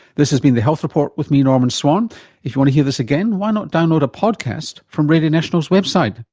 this has been the health report with me, norman swan. if you want to hear this again why not download a podcast from radio national's website